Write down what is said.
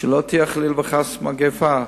ושלא תהיה חלילה וחס מגפה,